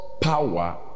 power